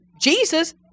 Jesus